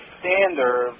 standard